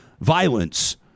violence